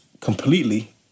completely